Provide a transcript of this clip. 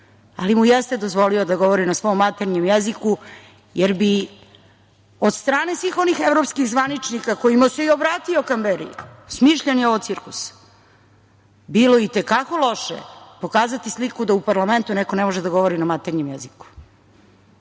ali mu jeste dozvolio da govori na svom maternjem jeziku, jer bi od strane svih onih evropskih zvaničnika kojima se i obratio Kamberi, smišljen je ovo cirkus, bilo i te kako loše pokazati sliku da u parlamentu neko ne može da govori na maternjem jeziku.U